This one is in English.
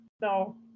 No